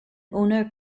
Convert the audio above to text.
owner